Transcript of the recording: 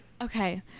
okay